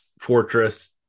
fortress